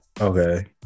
Okay